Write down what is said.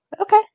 okay